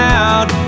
out